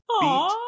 beat